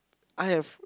I have